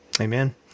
Amen